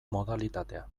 modalitatea